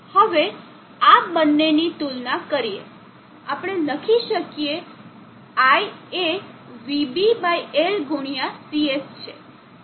હવે આ બંનેની તુલના કરીને આપણે લખી શકીએ I એ vBL ગુણીયા CS છે